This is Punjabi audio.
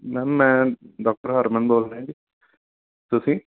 ਮੈਮ ਮੈਂ ਡੋਕਟਰ ਹਰਮਨ ਬੋਲ ਰਿਹਾ ਜੀ ਤੁਸੀਂ